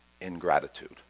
ingratitude